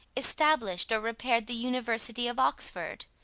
established or repaired the university of oxford,